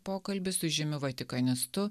pokalbį su žymiu vatikanistu